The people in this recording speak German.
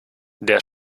der